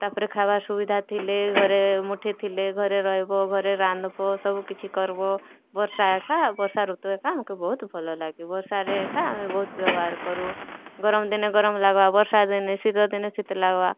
ତା ପରେ ଖାଇବାର୍ ସୁବିଧା ଥିଲେ ଘରେ ମୁଠି ଥିଲେ ଘରେ ରହିବ ଘରେ ରାନ୍ଧ୍ବ ସବୁ କିଛି କର୍ବ ବର୍ଷା ଏକା ବର୍ଷା ଋତୁ ଏକା ଆମ୍କେ ବହୁତ ଭଲ ଲାଗେ ବର୍ଷାରେ ଏକା ଆମେ ବହୁତ ବ୍ୟବହାର କରୁଁ ଗରମ ଦିନେ ଗରମ ଲାଗ୍ବା ବର୍ଷା ଦିନେ ଶୀତ ଦିନେ ଶୀତ ଲାଗ୍ବା